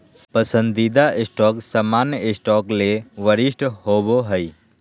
पसंदीदा स्टॉक सामान्य स्टॉक ले वरिष्ठ होबो हइ